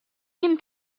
him